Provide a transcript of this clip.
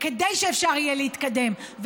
כדי שאפשר יהיה להתקדם,